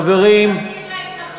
חברים, יותר כספים להתנחלויות.